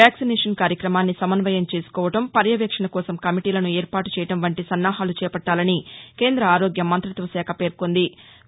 vaccination కార్యక్రమాన్ని సమన్వయం చేసుకోవడం పర్యవేక్షణ కోసం కమిటీలను ఏర్పాటు చేయడం వంటి సన్నాహాలు చేవట్టాలని కేంద్ర ఆరోగ్య మంతిత్వశాఖ పేర్కొంది